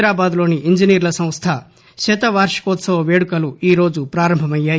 హైదరాబాద్ లోని ఇంజనీర్ల సంస్ల శతవార్టికోత్సవ వేడుకలు ఈరోజు పారంభమయ్యాయి